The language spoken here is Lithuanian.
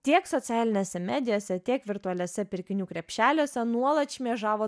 tiek socialinėse medijose tiek virtualiose pirkinių krepšeliuose nuolat šmėžavo